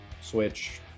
switch